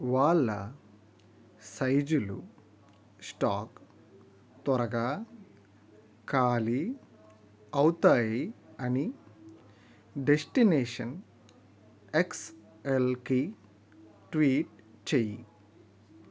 వాళ్ళ సైజులు స్టాక్ త్వరగా ఖాళీ అవుతాయి అని డెస్టినేషన్ ఎక్స్ఎల్కి ట్వీట్ చేయి